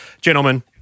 Gentlemen